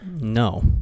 no